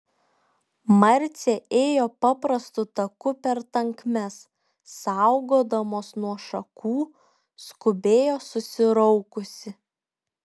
marcė ėjo paprastu taku per tankmes saugodamos nuo šakų skubėjo susiraukusi